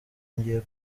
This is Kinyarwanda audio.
ngiye